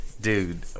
dude